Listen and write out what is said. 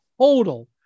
total